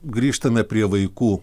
grįžtame prie vaikų